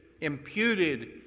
Imputed